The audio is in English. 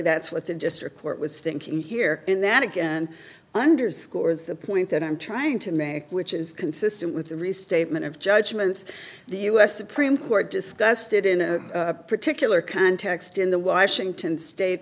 that's what the district court was thinking here and then again underscores the point that i'm trying to make which is consistent with the restatement of judgments the u s supreme court discussed it in a particular context in the washington state